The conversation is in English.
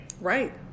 right